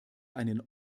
einen